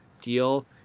deal